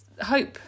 hope